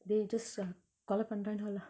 they just uh கொலபன்ரானுகளா:kolapanranukala